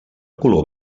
color